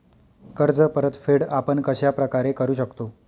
कर्ज परतफेड आपण कश्या प्रकारे करु शकतो?